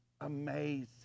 Amazing